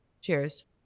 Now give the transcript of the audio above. Cheers